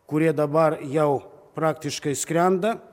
kurie dabar jau praktiškai skrenda